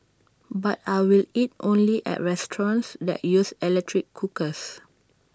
but I will eat only at restaurants that use electric cookers